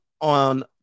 on